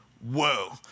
Whoa